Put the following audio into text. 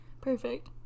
Perfect